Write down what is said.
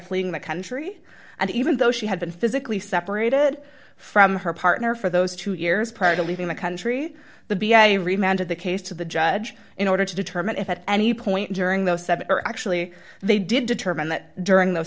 fleeing the country and even though she had been physically separated from her partner for those two years prior to leaving the country the b i reminded the case to the judge in order to determine if at any point during those seven or actually they did determine that during those